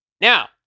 Now